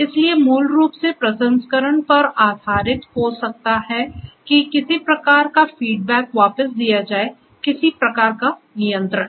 इसलिए मूल रूप से प्रसंस्करण पर आधारित हो सकता है कि किसी प्रकार का फीडबैक वापस दिया जाए किसी प्रकार का नियंत्रण